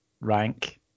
rank